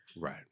right